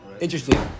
interesting